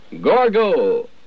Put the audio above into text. Gorgo